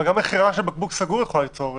אבל גם מכירה של בקבוק סגור יכולה ליצור התקהלות.